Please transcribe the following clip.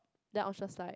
and I was just like